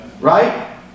Right